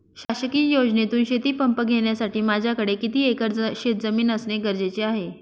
शासकीय योजनेतून शेतीपंप घेण्यासाठी माझ्याकडे किती एकर शेतजमीन असणे गरजेचे आहे?